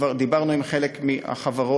כבר דיברנו עם חלק מהחברות,